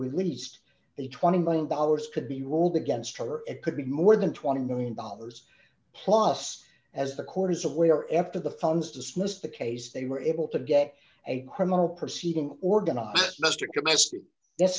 released the twenty million dollars could be ruled against her it could be more than twenty million dollars plus as the chorus of we are after the funds dismissed the case they were able to get a criminal proceeding or